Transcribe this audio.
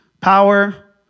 Power